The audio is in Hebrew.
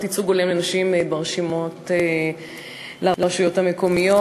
ייצוג הולם לנשים ברשימות לרשויות המקומיות.